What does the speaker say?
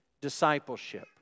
discipleship